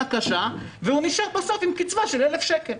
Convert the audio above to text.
קשה נשאר בסוף עם קצבה של 1,000 שקל.